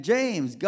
James